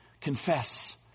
confess